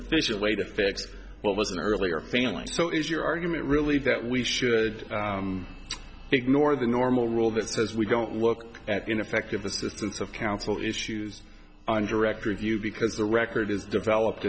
efficient way to fix what was an earlier failing so is your argument really that we should ignore the normal rule that says we don't look at ineffective assistance of counsel issues on director of view because the record is developed